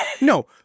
No